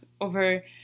over